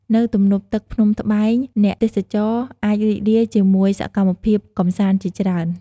នៅទំនប់ទឹកភ្នំត្បែង អ្នកទេសចរណ៍អាចរីករាយជាមួយសកម្មភាពកម្សាន្តជាច្រើន។